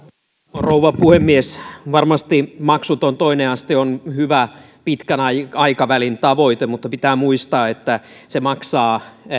rouva puhemies varmasti maksuton toinen aste on hyvä pitkän aikavälin tavoite mutta pitää muistaa että se maksaa